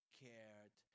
cared